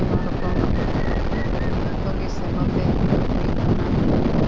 ᱟᱭᱢᱟ ᱨᱚᱠᱚᱢ ᱡᱚᱛᱚᱜᱮ ᱥᱮᱞᱳᱛᱮ ᱦᱩᱭᱩᱜ ᱠᱟᱱᱟ